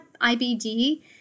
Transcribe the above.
IBD